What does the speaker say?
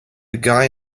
guy